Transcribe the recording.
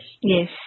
Yes